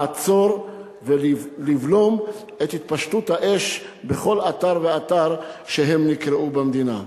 לעצור ולבלום את התפשטות האש בכל אתר ואתר שהם נקראו אליו במדינה.